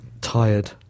tired